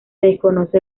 desconoce